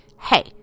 Hey